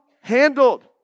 handled